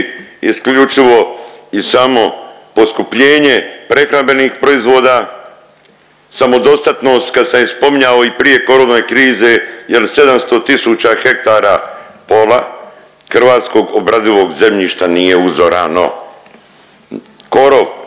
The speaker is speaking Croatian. isključivo i samo poskupljenje prehrambenih proizvoda samodostatnost kad se je spominjao i prije corona krize jer 700 tisuća hektara, pola hrvatskog obradivog zemljišta nije uzorano. Korov